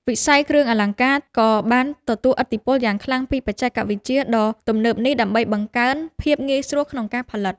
វិស័យគ្រឿងអលង្ការក៏បានទទួលឥទ្ធិពលយ៉ាងខ្លាំងពីបច្ចេកវិទ្យាដ៏ទំនើបនេះដើម្បីបង្កើនភាពងាយស្រួលក្នុងការផលិត។